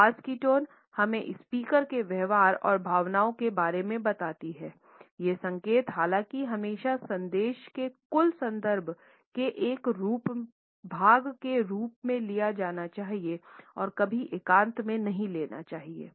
आवाज़ की टोन हमें स्पीकर के व्यवहार और भावनाओं के बारे में बताती है ये संकेत हालांकि हमेशा संदेश के कुल संदर्भ के एक भाग के रूप में लिया जाना चाहिए और कभी एकांत में नहीं लेना चाहिए